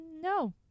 No